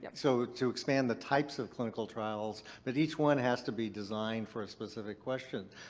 so to expand the types of clinical trials, but each one has to be designed for a specific question.